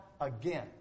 again